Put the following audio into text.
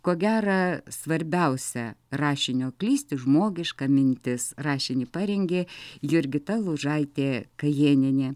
ko gera svarbiausia rašinio klysti žmogiška mintis rašinį parengė jurgita lūžaitė kajėnienė